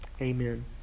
amen